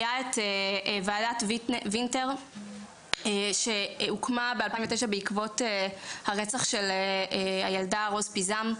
היתה ועדת ויטנר שהוקמה ב-2009 בעקבות הרצח של הילדה רוז פיזם.